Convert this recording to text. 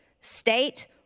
state